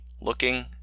looking